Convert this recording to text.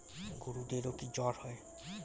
গরুদেরও কি জ্বর হয়?